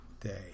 day